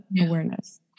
awareness